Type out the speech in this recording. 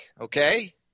okay